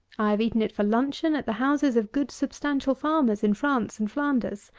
i have eaten it for luncheon at the houses of good substantial farmers in france and flanders.